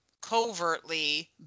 covertly